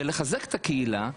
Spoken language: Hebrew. ולחזק את הקהילה,